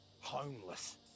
homeless